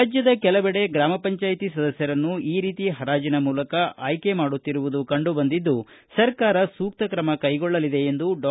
ರಾಜ್ಯದ ಕೆಲವೆಡೆ ಗ್ರಾಮ ಪಂಚಾಯಿತಿ ಸದಸ್ಯರನ್ನು ಈ ರೀತಿ ಹರಾಜಿನ ಮೂಲಕ ಆಯ್ಕೆ ಮಾಡುತ್ತಿರುವುದು ಕಂಡುಬಂದಿದ್ದು ಸರ್ಕಾರ ಸೂಕ್ತ ತ್ರಮ ಕೈಗೊಳ್ಳಲಿದೆ ಎಂದು ಡಾ